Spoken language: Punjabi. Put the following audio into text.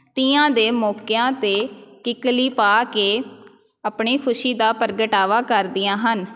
ਤੀਆਂ ਦੇ ਮੌਕਿਆਂ 'ਤੇ ਕਿੱਕਲੀ ਪਾ ਕੇ ਆਪਣੀ ਖੁਸ਼ੀ ਦਾ ਪ੍ਰਗਟਾਵਾ ਕਰਦੀਆਂ ਹਨ